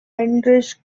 heinrich